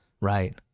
Right